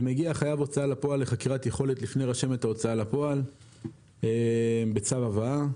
ומגיע חייב הוצאה לפועל לחקירת יכולת לפני רשמת ההוצאה לפועל בצו הבאה,